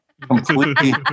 completely